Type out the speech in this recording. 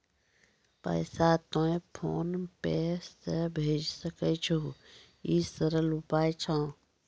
पैसा तोय फोन पे से भैजै सकै छौ? ई सरल उपाय छै?